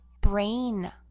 brain